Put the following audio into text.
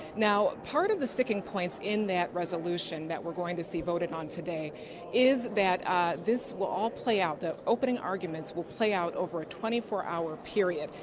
now, part of the sticking points in that resolution that we are going to see voted on today is that this will all play out. the opening arguments will play out over a twenty four hour period.